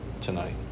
tonight